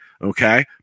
Okay